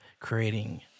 creating